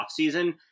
offseason